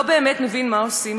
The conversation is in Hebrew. לא באמת מבין מה עושים.